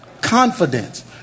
Confidence